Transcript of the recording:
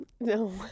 No